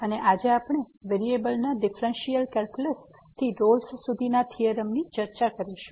અને આજે આપણે વેરીએબલ ના ડીફ્રેન્સીઅલ કેલ્ક્યુલસ થી રોલ્સRolle's થીયોરમ ની ચર્ચા કરીશું